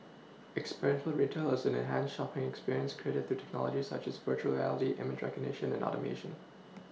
experiential retail is an enhanced shopPing experience created through technologies such as virtual reality image recognition and Automation